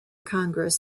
congress